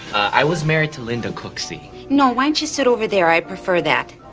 i was married to linda cooksey. no, why don't you sit over there, i prefer that.